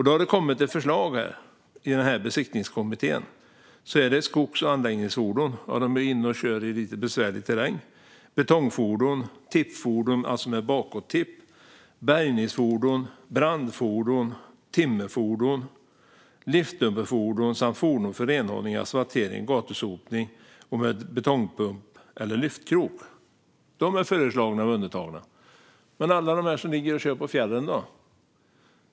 Besiktningskommittén har kommit med ett förslag på undantag för skogs och anläggningsfordon - de kör i lite besvärlig terräng - betongfordon, tippfordon - med bakåttipp - bärgningsfordon, brandfordon, timmerfordon, liftdumperfordon samt fordon för renhållning, asfaltering, gatusopning och fordon med betongpump eller lyftkrok. Men alla de som ligger och kör på fjällen då?